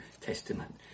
Testament